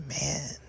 man